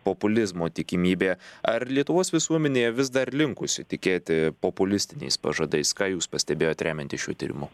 populizmo tikimybė ar lietuvos visuomenė vis dar linkusi tikėti populistiniais pažadais ką jūs pastebėjot remiantis šiuo tyrimu